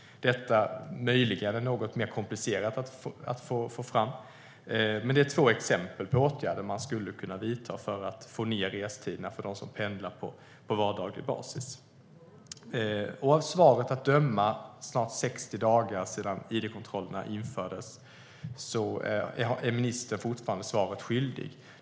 Detta är möjligen mer komplicerat att få fram, men det här är två exempel på åtgärder som man skulle kunna vidta för att få ned restiderna för dem som pendlar på vardaglig basis. Av svaret att döma, snart 60 dagar efter det att id-kontrollerna infördes, är ministern fortfarande svaret skyldig.